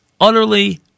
Utterly